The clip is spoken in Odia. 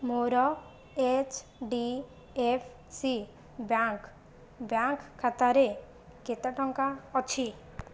ମୋର H D F C bank bank ଖାତାରେ କେତେ ଟଙ୍କା ଅଛି